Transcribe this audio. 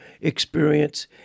experience